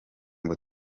ngo